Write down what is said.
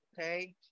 okay